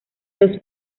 los